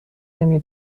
نمی